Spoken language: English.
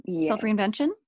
self-reinvention